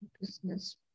business